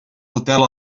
hotel